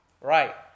Right